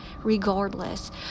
regardless